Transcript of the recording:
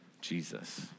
Jesus